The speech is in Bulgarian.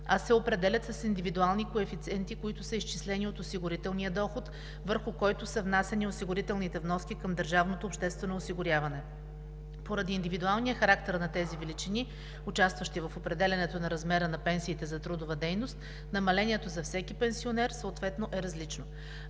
а се определят с индивидуални коефициенти, които са изчислени от осигурителния доход, върху който са внасяни осигурителните вноски към държавното обществено осигуряване. Поради индивидуалния характер на тези величини, участващи в определянето на размера на пенсиите за трудова дейност, намалението за всеки пенсионер съответно е различно.